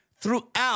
throughout